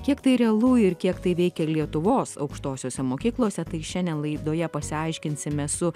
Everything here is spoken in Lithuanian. kiek tai realu ir kiek tai veikia lietuvos aukštosiose mokyklose tai šiandien laidoje pasiaiškinsime su